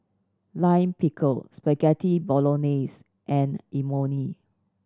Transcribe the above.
Lime Pickle Spaghetti Bolognese and Imoni